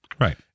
Right